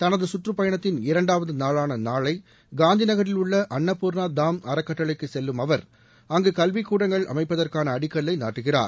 தனது கற்றுப்பயணத்தின் இரண்டாவது நாளான நாளை காந்தி நகரில் உள்ள அன்னப்பூர்னா தாம் அறக்கட்டளைக்கு செல்லும் அவர் அங்கு கல்விக் கூடங்கள் அமைப்பதற்கான அடிக்கல்லை நாட்டுகிறார்